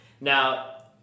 Now